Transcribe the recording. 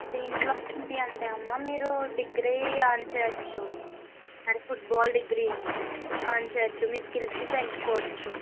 దీంట్లో ఏంటి అమ్మ మీరు డిగ్రీ ఎర్న్ చేయచ్చు అండ్ ఫుట్బాల్ డిగ్రీ ఎర్న్ చేయచ్చు మీ స్కిల్స్ పెంచుకోవచ్చు